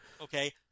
okay